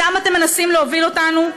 לשם אתם מנסים להוביל אותנו?